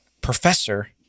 professor